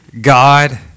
God